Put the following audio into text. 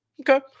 Okay